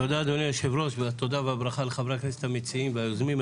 תודה אדוני היושב-ראש והתודה והברכה לחברי הכנסת המציעים והיוזמים.